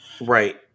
Right